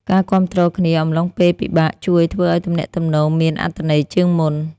ការគាំទ្រគ្នាអំឡុងពេលពិបាកជួយធ្វើឱ្យទំនាក់ទំនងមានអត្ថន័យជាងមុន។